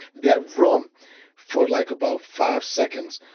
that room for, like, about five seconds,